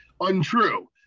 Untrue